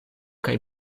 kaj